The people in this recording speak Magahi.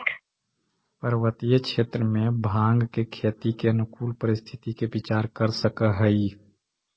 पर्वतीय क्षेत्र में भाँग के खेती के अनुकूल परिस्थिति के विचार कर सकऽ हई